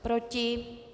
Proti?